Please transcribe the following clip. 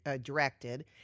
directed